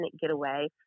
getaway